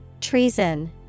Treason